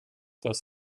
das